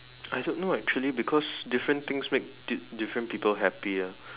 I don't know actually because different things make di~ different people happy ah